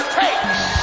takes